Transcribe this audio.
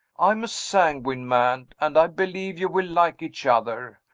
i am a sanguine man, and i believe you will like each other.